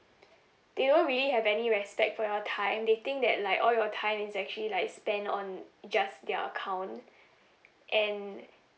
they don't really have any respect for your time they think that like all your time is actually like spent on just their account and